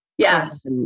Yes